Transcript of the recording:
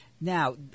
Now